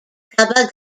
kaba